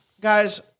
Guys